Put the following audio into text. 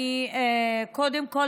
קודם כול,